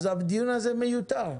אז הדיון הזה מיותר.